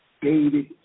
dated